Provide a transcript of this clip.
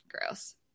Gross